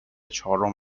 چهارم